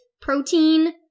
protein